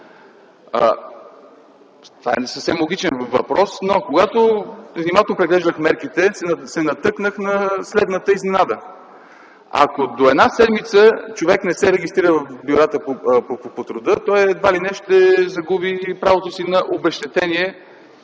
Това е съвсем логичен въпрос. Когато внимателно преглеждах мерките, се натъкнах на следната изненада. Ако до една седмица човек не се регистрира в бюрата по труда, той едва ли не ще загуби правото си на обезщетение